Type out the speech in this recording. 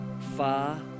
far